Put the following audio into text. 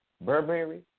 Burberry